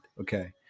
Okay